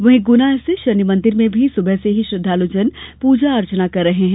वहीं गुना स्थित शनि मंदिर में भी सुबह से ही श्रद्वालुजन पूजा अर्चना कर रहे हैं